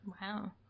wow